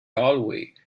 hallway